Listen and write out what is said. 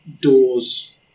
doors